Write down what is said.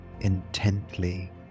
intently